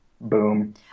Boom